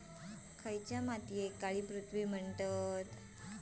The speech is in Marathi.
खयच्या मातीयेक काळी पृथ्वी म्हणतत?